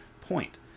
point